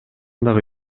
дагы